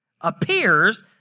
appears